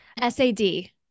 S-A-D